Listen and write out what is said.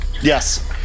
Yes